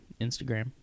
instagram